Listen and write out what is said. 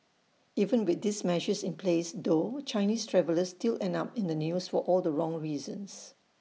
even with these measures in place though Chinese travellers still end up in the news for all the wrong reasons